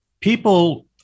people